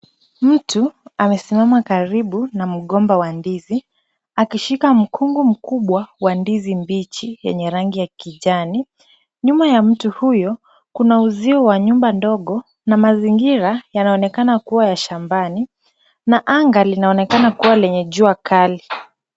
Mtu amesimama karibu na mgomba wa ndizi akishika mkungu mkubwa wa ndizi mbichi yenye rangi ya kijani. Nyuma ya mtu huyo kuna uzio wa nyumba ndogo na mazingira yanaonekana kua ya shambani na anga linaonekana kua lenye jua kali.